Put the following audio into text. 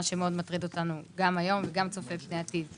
מה שמאוד מטריד אותנו גם היום וגם צופה פני עתיד.